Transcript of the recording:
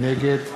נגד